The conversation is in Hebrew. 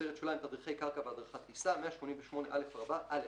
"תדריכי קרקע והדרכת טיסה-188א' (א)